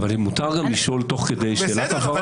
מותר גם לשאול תוך כדי שאלת הבהרה.